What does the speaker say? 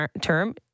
term